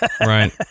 right